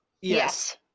Yes